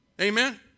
Amen